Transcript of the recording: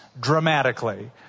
dramatically